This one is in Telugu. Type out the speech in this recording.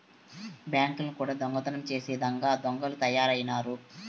బ్యాంకుల్ని కూడా దొంగతనం చేసే ఇదంగా దొంగలు తయారైనారు